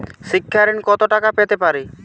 শিক্ষা ঋণ কত টাকা পেতে পারি?